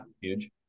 huge